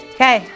Okay